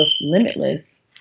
limitless